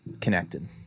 connected